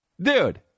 Dude